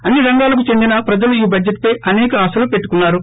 అన్ని రంగాలకు చెందిన ప్రజలు ఈ బడ్జెట్పై అసేక ఆశలు పెట్టుకున్నారు